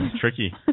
tricky